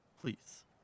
please